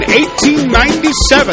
1897